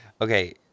okay